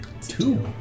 Two